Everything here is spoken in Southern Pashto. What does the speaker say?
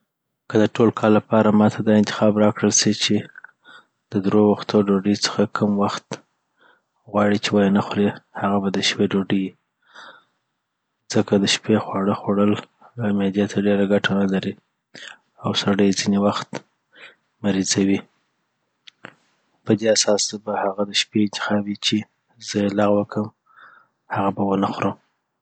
که د ټول کال لپاره ماته دا انتخاب راکول سي چی ته درو وختو ډوډي څخه کم وخت غواړي چی ویی نه خوري هغه به د شپې ډوډې یی ځکه د شپي خواړه خوړل آ معدې ته ډیره ګټه نلري او سړي ځیني وخت مریضوي پدي اساس زه به هغه دشپې انتخاب یی چی زه بیی لغو کم هغه به ونه خورم